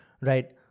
right